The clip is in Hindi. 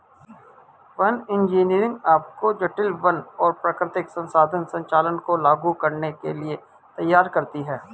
वन इंजीनियरिंग आपको जटिल वन और प्राकृतिक संसाधन संचालन को लागू करने के लिए तैयार करती है